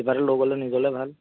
কিবা এটা লৈ গ'লে নিজলৈ ভাল